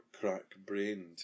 crack-brained